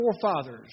forefathers